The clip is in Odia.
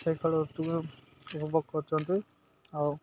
ସେ ଖେଳ ଉପଭୋଗ କରୁଛନ୍ତି ଆଉ